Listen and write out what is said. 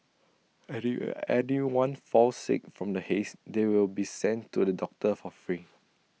and if anyone falls sick from the haze they will be sent to the doctor for free